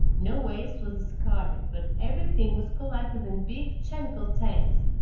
no waste was discarded, but everything was collected in big chemical tanks,